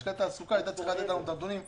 לשכת התעסוקה הייתה צריכה לתת לנו את הנתונים.